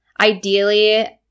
ideally